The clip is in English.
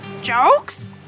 Jokes